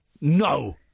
No